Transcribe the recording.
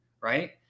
Right